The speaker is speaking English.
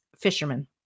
fishermen